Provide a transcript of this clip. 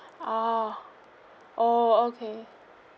ah oh okay